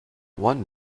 one